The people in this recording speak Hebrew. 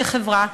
כחברה,